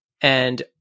and-